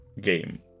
game